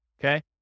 Okay